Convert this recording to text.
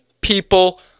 people